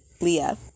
Leah